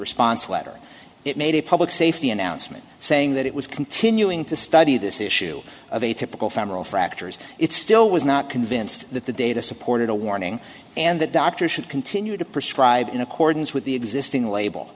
response letter it made a public safety announcement saying that it was continuing to study this issue of a typical family fractures it still was not convinced that the data supported a warning and that doctors should continue to prescribe in accordance with the existing label